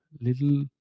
little